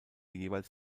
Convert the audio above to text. jeweils